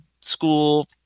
school